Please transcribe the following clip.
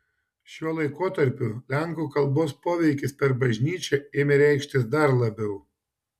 šiuo laikotarpiu lenkų kalbos poveikis per bažnyčią ėmė reikštis dar labiau